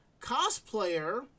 cosplayer